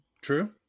True